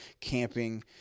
camping